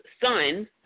son